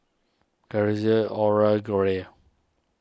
Corliss Oral Greg